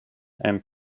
and